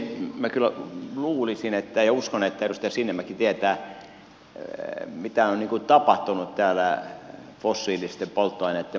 minä kyllä luulisin ja uskon että edustaja sinnemäki tietää mitä on tapahtunut täällä fossiilisten polttoaineitten markkinoilla